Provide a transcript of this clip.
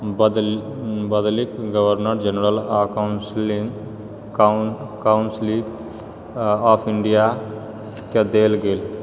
बदलि बदलीके governor general आ काउन्सिल काउन काउन्सिल ऑफ इण्डिया कए देल गेल